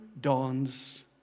dawns